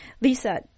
Lisa